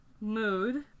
Mood